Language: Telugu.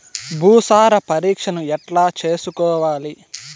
భూసార పరీక్షను ఎట్లా చేసుకోవాలి?